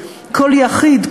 כל יחיד,